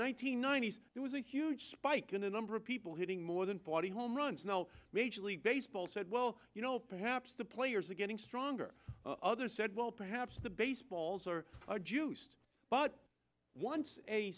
hundred ninety s there was a huge spike in a number of people hitting more than forty home runs no major league baseball said well you know perhaps the players are getting stronger others said well perhaps the baseballs are juiced but once a